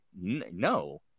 no